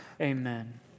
Amen